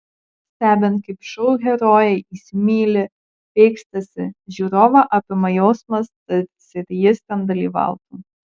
stebint kaip šou herojai įsimyli pykstasi žiūrovą apima jausmas tarsi ir jis ten dalyvautų